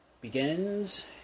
begins